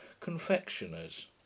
confectioners